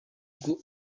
ubwo